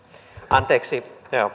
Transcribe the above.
anteeksi